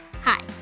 Hi